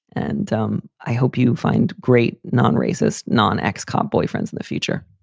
and um i hope you find great nonracist non ex cop boyfriends in the future.